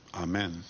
Amen